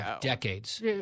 Decades